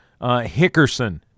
Hickerson